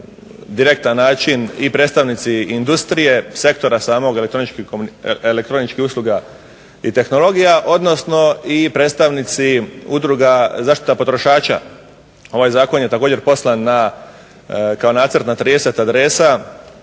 direktan način i predstavnici industrije, sektora samog elektroničkih usluga i tehnologija, odnosno i predstavnici udruga zaštita potrošača. Ovaj zakon je također poslan na, kao nacrt na 30 adresa